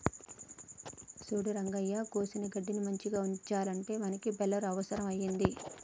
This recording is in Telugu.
సూడు రంగయ్య కోసిన గడ్డిని మంచిగ ఉంచాలంటే మనకి బెలర్ అవుసరం అయింది